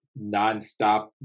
nonstop